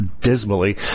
dismally